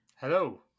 hello